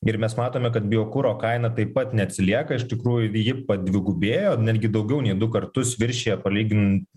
ir mes matome kad biokuro kaina taip pat neatsilieka iš tikrųjų ji padvigubėjo netgi daugiau nei du kartus viršija palyginus